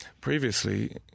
previously